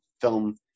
film